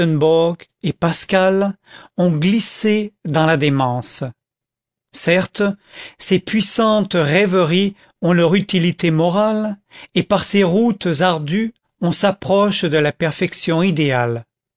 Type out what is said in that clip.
et pascal ont glissé dans la démence certes ces puissantes rêveries ont leur utilité morale et par ces routes ardues on s'approche de la perfection idéale